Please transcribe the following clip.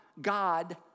God